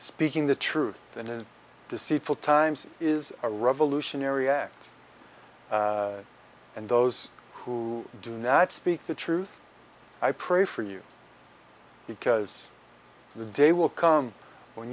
speaking the truth than in deceitful times is a revolutionary act and those who do not speak the truth i pray for you because the day will come when